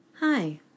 hi